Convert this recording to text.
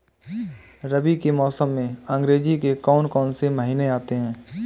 रबी के मौसम में अंग्रेज़ी के कौन कौनसे महीने आते हैं?